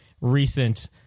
recent